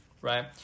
right